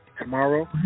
Tomorrow